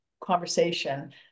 conversation